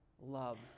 love